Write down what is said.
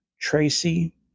Tracy